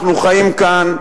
אנחנו חיים כאן,